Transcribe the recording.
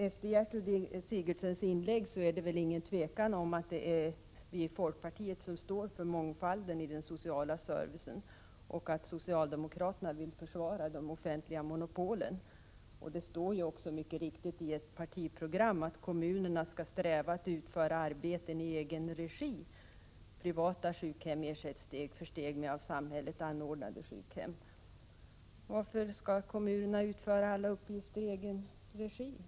Efter Gertrud Sigurdsens inlägg råder det väl inget tvivel om att det är vi i folkpartiet som står för mångfalden i fråga om den sociala servicen och om att socialdemokraterna vill försvara de offentliga monopolen. Det står ju också mycket riktigt i ett partiprogram att kommunerna skall sträva efter att utföra arbeten i egen regi. Privata sjukhem ersätts steg för steg med av samhället anordnade sjukhem. Varför skall kommunerna utföra alla uppgifter i egen regi?